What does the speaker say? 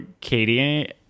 Katie